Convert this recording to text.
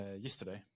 yesterday